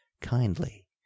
kindly